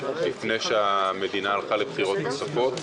לפני שהמדינה הלכה לבחירות נוספות,